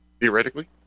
Theoretically